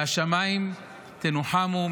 מהשמיים תנוחמו,